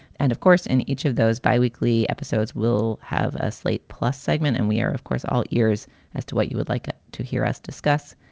and of course, in each of those biweekly episodes, we'll have a slate plus segment. and we are, of course, all ears as to what you would like ah to hear us discuss.